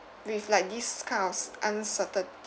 with like this kind of s~ uncertain~